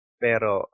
pero